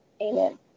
Amen